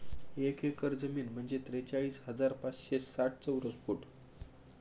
एक एकर जमीन म्हणजे त्रेचाळीस हजार पाचशे साठ चौरस फूट